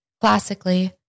Classically